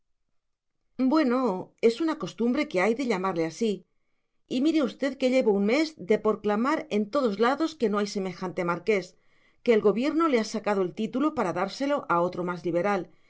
bueno es una costumbre que hay de llamarle así y mire usted que llevo un mes de porclamar en todos lados que no hay semejante marqués que el gobierno le ha sacado el título para dárselo a otro más liberal